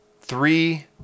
three